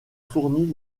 fournit